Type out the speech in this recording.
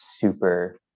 super